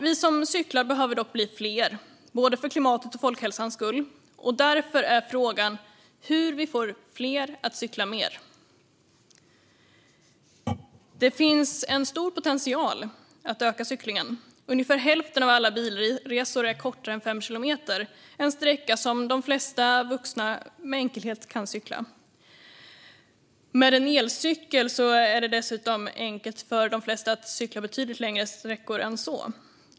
Vi som cyklar behöver dock bli fler, för både klimatets och folkhälsans skull. Därför är frågan hur vi får fler att cykla mer. Det finns en stor potential att öka cyklingen. Ungefär hälften av alla bilresor är kortare än fem kilometer, en sträcka som de flesta vuxna med enkelhet kan cykla. Med en elcykel är det dessutom enkelt för de flesta att cykla betydligt längre sträckor än så.